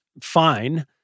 fine